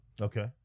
Okay